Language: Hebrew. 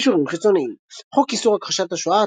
קישורים חיצוניים חוק איסור הכחשת השואה,